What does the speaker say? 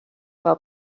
fel